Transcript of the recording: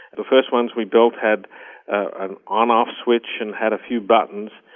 the first ones we built had an on off switch and had a few buttons,